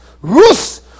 Rus